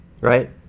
right